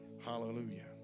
Hallelujah